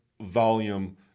volume